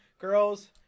Girls